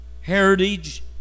Heritage